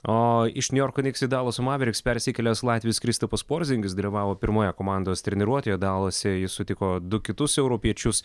o iš niujorko niks į dalaso maveriks persikėlęs latvis kristupas porzingis dalyvavo pirmoje komandos treniruotėje dalase jis sutiko du kitus europiečius